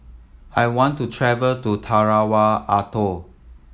I want to travel to Tarawa Atoll